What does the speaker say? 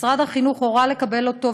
משרד החינוך הורה לקבל אותו,